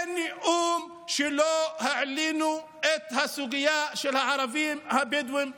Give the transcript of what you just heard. אין נאום שלא העלינו בהם את הסוגיה של הערבים הבדואים בנגב.